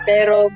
Pero